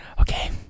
Okay